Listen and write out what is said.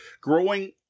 growing